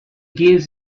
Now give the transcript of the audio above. gives